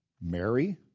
Mary